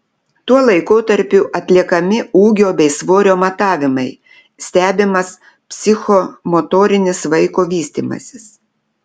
tuo laikotarpiu atliekami ūgio bei svorio matavimai stebimas psichomotorinis vaiko vystymasis